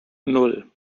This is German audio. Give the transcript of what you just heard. nan